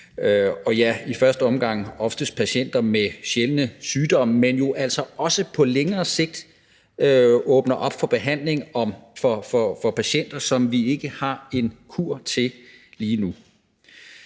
og i første omgang oftest patienter med sjældne sygdomme, men jo altså også på længere sigt åbner op for behandling af patienter, som vi ikke har en kur til lige nu.